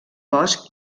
bosc